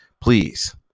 Please